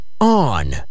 On